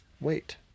Wait